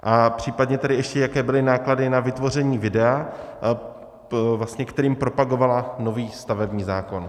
A případně tedy ještě, jaké byly náklady na vytvoření videa, kterým propagovala nový stavební zákon.